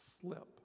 slip